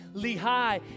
Lehi